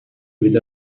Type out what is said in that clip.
with